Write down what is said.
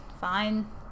fine